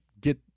get